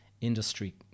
industry